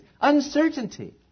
Uncertainty